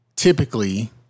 Typically